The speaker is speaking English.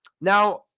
now